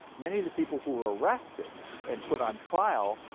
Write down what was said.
many of the people who were arrested and put on trial,